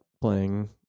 playing